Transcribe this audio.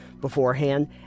beforehand